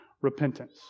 repentance